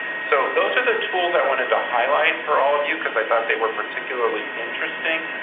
so those are the tools i wanted to highlight for all of you because i thought they were particularly interesting.